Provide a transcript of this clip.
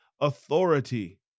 authority